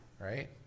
right